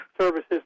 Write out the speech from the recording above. services